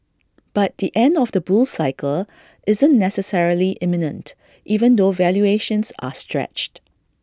but the end of the bull cycle isn't necessarily imminent even though valuations are stretched